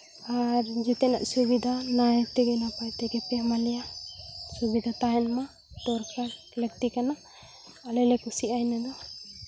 ᱟᱨ ᱡᱚᱛᱚᱱᱟᱜ ᱥᱩᱵᱤᱫᱷᱟ ᱱᱟᱭ ᱛᱮᱜᱮᱼᱱᱟᱯᱟᱭ ᱛᱮᱜᱮ ᱯᱮ ᱮᱢᱟ ᱞᱮᱭᱟ ᱥᱩᱵᱤᱫᱷᱟ ᱛᱟᱦᱮᱱ ᱢᱟ ᱫᱚᱨᱠᱟᱨ ᱞᱟᱹᱠᱛᱤ ᱠᱟᱱᱟ ᱟᱞᱮ ᱞᱮ ᱠᱩᱥᱤᱜᱼᱟ ᱤᱱᱟᱹ ᱫᱚ